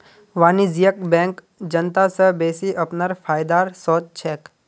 वाणिज्यिक बैंक जनता स बेसि अपनार फायदार सोच छेक